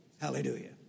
Hallelujah